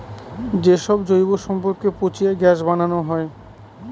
যে সব জৈব সম্পদকে পচিয়ে গ্যাস বানানো হয়